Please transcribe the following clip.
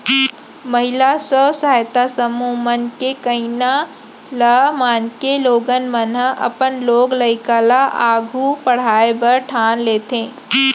महिला स्व सहायता समूह मन के कहिना ल मानके लोगन मन ह अपन लोग लइका ल आघू पढ़ाय बर ठान लेथें